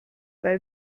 bei